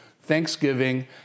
thanksgiving